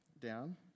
down